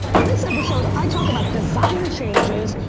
on this episode, i talk about design changes,